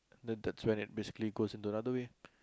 and then that's when it basically goes in to another way